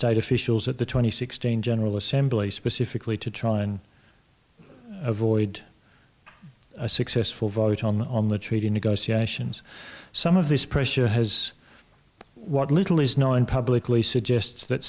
state officials at the twenty sixteen general assembly specifically to try and avoid a successful vote on the trade in negotiations some of this pressure has what little is known publicly suggests that